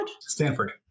Stanford